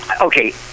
okay